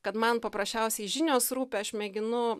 kad man paprasčiausiai žinios rūpi aš mėginu